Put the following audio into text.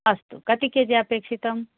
अस्तु कति केजि अपेक्षितम्